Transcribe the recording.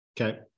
okay